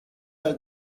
are